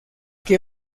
que